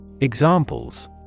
Examples